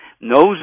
knows